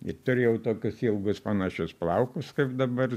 ir turėjau tokius ilgus panašius plaukus kaip dabar